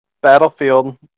battlefield